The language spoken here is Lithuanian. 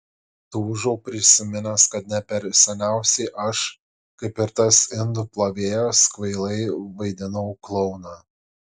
tūžau prisiminęs kad ne per seniausiai aš kaip ir tas indų plovėjas kvailai vaidinau klouną